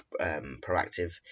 proactive